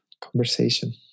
conversation